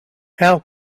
how